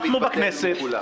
אנחנו בכנסת.